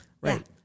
Right